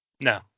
No